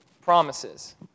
promises